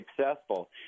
successful